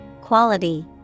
quality